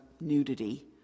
nudity